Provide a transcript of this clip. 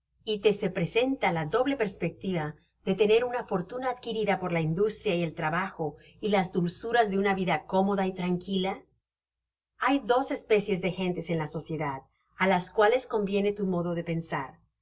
y te se presenta la doble perspectiva de tener una fortuna adquirida por la industia y el trabajo y las dulzuras de una vida cómoda y tranquila hay dos especies de gentes en la sociedad á las cuales conviene tu modo de pensar